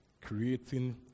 Creating